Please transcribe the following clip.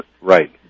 Right